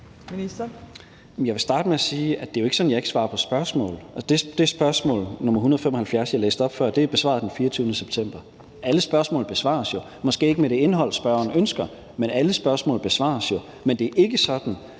Jeg vil starte med at sige, at det jo ikke er sådan, at jeg ikke svarer på spørgsmål. Det spørgsmål, nr. 175, jeg læste op før, er besvaret den 24. september. Alle spørgsmål besvares jo, men måske ikke med det indhold, spørgeren ønsker, men alle spørgsmål besvares. Men det er ikke sådan,